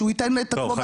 שהוא ייתן את- -- תודה